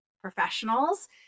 professionals